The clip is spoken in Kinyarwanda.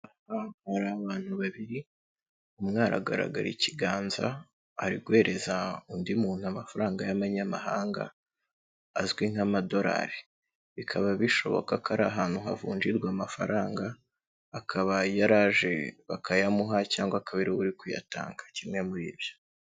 Umwanari agaragara ikiganza, ari guhereza undi muntu amafaranga y'abanyamahanga azwi nk'amadolari, bikaba bishoboka ko ari ahantu havunjirwa amafaranga, akaba yari aje bakayamuha cyangwa aka kabiri uri kuyatanga kimwe muri ibyo.